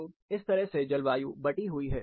तो इस तरह से जलवायु बटी हुई है